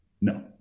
no